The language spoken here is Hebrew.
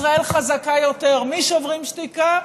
ישראל חזקה יותר משוברים שתיקה,